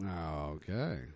okay